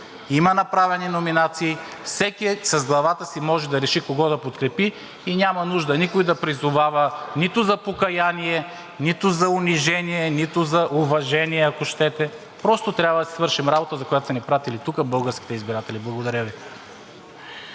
има направени номинации, всеки с главата си може да реши кого да подкрепи и няма нужда никой да призовава нито за покаяние, нито за унижение, нито за уважение, ако щете. Просто трябва да си свършим работата, за която са ни пратили тук българските избиратели. Благодаря Ви.